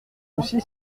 aussi